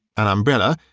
an umbrella,